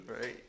Right